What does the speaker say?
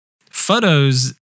photos